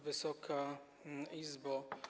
Wysoka Izbo!